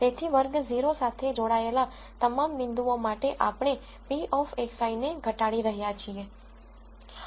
તેથી વર્ગ 0 સાથે જોડાયેલા તમામ બિંદુઓ માટે આપણે p of xi ને ઘટાડી રહ્યા છીએ